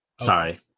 sorry